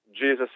Jesus